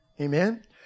Amen